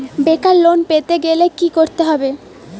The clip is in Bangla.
বেকার লোন পেতে গেলে কি করতে হবে?